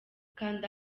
kanda